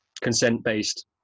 consent-based